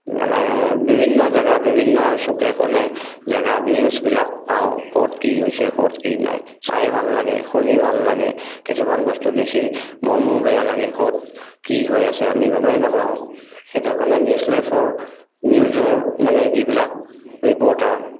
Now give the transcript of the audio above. মানে বিভিন্ন জেগা বিভিন্ন চুকে কোণে জেগাত নিউজবিলাক পাওঁ ক'ত কি হৈছে ক'ত কি নাই চাই ভাল লাগে শুনি ভাল লাগে কিছুমান বস্তু দেখি মনো বেয়া লাগে ক'ত কি হৈ আছে আমি গমেই নাপাওঁ সেইটো কাৰণে নিউজ লাইফৰ নিউজৰ মানে যিবিলাক ৰিপৰ্টাৰ